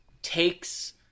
takes